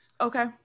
okay